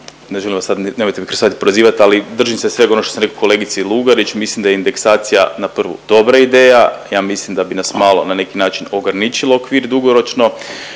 ne želim vas sad, nemojte me krivo shvatit prozivat ali držim se svega onoga što sam rekao kolegici Lugarić. Mislim da je indeksacija na prvu dobra ideja, ja mislim da bi nas malo na neki način ograničilo okvir dugoročno.